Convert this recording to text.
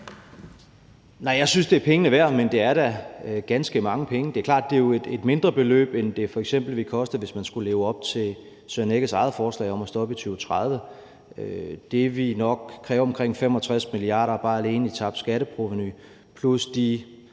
Nej, jeg synes, det er pengene værd, men det er da ganske mange penge. Det er jo klart, at det er et mindre beløb, end det f.eks. ville koste, hvis man skulle leve op til hr. Søren Egge Rasmussens eget forslag om at stoppe i 2030. Det ville nok kræve omkring 65 mia. kr. bare alene i tabt skatteprovenu